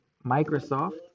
Microsoft